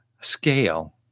scale